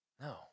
No